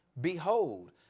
Behold